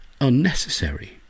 unnecessary